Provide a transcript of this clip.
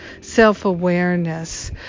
self-awareness